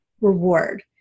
reward